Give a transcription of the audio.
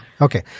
okay